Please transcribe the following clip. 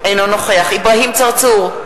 אינו נוכח אברהים צרצור,